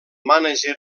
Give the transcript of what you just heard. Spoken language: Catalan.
mànager